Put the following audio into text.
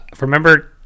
remember